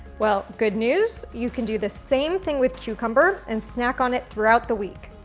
well, good news, you can do the same thing with cucumber and snack on it throughout the week.